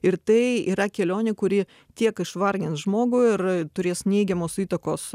ir tai yra kelionė kuri tiek išvargins žmogų ir turės neigiamos įtakos